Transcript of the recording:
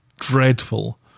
dreadful